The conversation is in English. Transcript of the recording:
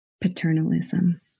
paternalism